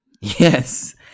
Yes